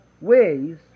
ways